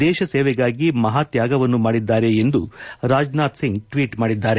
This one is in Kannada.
ದೇಶ ಸೇವೆಗಾಗಿ ಮಹಾ ತ್ಲಾಗವನ್ನು ಮಾಡಿದ್ದಾರೆ ಎಂದು ರಾಜನಾಥ್ ಟ್ವೀಟ್ ಮಾಡಿದ್ದಾರೆ